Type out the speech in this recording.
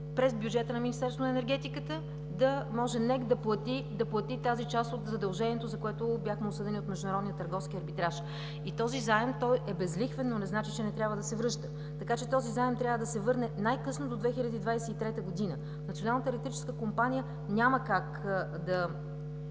през бюджета на Министерството на енергетиката да може НЕК да плати тази част от задължението, за което бяхме осъдени от Международния търговски арбитраж. Този заем е безлихвен, но не значи, че не трябва да се връща. Той трябва да се върне най-късно до 2023 г. Националната електрическа компания няма как да